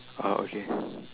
oh okay